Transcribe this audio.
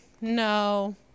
no